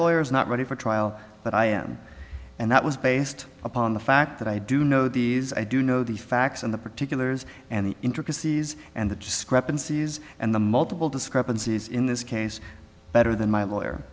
lawyer is not ready for trial but i am and that was based upon the fact that i do know these i do know the facts and the particulars and the intricacies and the discrepancies and the multiple discrepancies in this case better than my lawyer